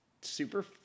super